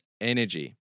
energy